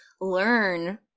learn